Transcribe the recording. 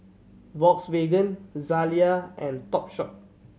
Volkswagen Zalia and Topshop